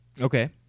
Okay